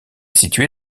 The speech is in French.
située